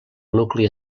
nucli